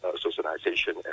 socialization